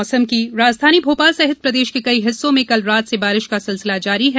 मौसम बारिश राजधानी भोपाल सहित प्रदेश के कई हिस्सों में कल रात से बारिश का सिलसिला जारी है